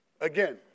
Again